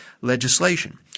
legislation